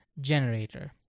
generator